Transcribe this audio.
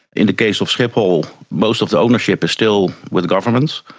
in the case of schiphol, most of the ownership is still with the governments,